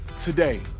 Today